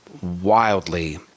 wildly